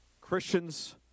Christians